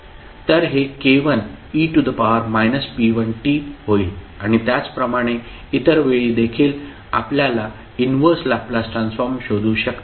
तर हे k1e p1t होईल आणि त्याचप्रमाणे इतर वेळी देखील आपल्याला इनव्हर्स लॅपलास ट्रान्सफॉर्म शोधू शकता